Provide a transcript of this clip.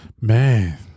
man